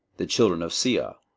the children of sia,